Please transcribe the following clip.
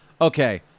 okay